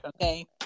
okay